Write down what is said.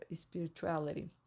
spirituality